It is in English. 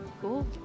cool